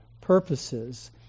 purposes